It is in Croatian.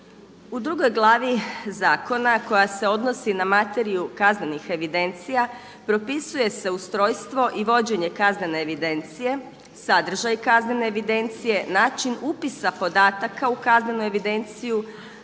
U drugoj glavi zakona koja se odnosi na materiju kaznenih evidencija, propisuje se ustrojstvo i vođenje kaznene evidencije, sadržaj kaznene evidencije, način upisa podataka u kaznenu evidenciju,